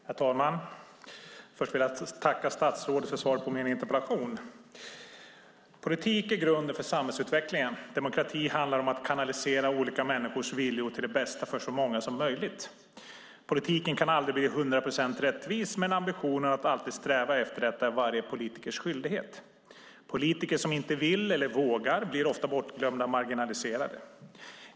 Herr talman! Först vill jag tacka statsrådet för svaret på min interpellation. Politik är grunden för samhällsutvecklingen. Demokrati handlar om att kanalisera olika människors viljor till det bästa för så många som möjligt. Politiken kan aldrig bli hundra procent rättvis, men ambitionen att alltid sträva efter detta är varje politikers skyldighet. Politiker som inte vill eller vågar blir ofta bortglömda och marginaliserade.